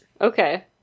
Okay